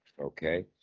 Okay